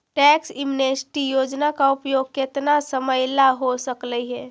tax amnesty योजना का उपयोग केतना समयला हो सकलई हे